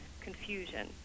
confusion